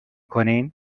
کنین